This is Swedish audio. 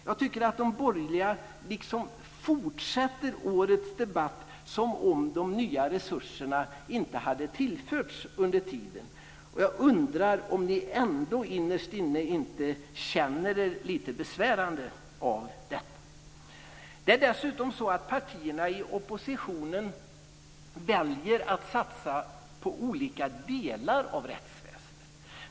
Jag tycker att de borgerliga fortsätter årets debatt som om de nya resurserna inte hade tillförts under tiden. Jag undrar om ni ändå innerst inne inte känner er lite besvärade av detta. Partierna i oppositionen väljer dessutom att satsa på olika delar av rättsväsendet.